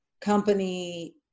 company